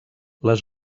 les